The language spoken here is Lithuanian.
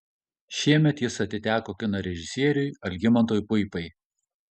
šiemet jis atiteko kino režisieriui algimantui puipai